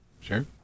Sure